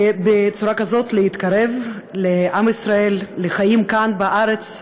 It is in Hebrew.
ובצורה כזאת להתקרב לעם ישראל, לחיים כאן בארץ,